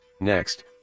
Next